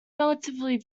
relatively